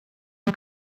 you